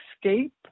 escape